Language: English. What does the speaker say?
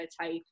type